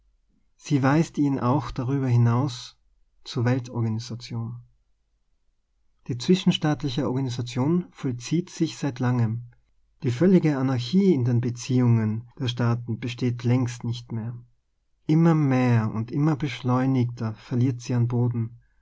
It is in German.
sie weist ihn auch dar über hinaus zur weltorganisation die zwischenstaatliche organisation vollzieht sich seit langem die völlige anarchie in den beziehungen der staaten besteht längst nicht mehr immer mehr und immer beschleunigter verliert sie an boden